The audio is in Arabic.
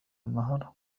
النهر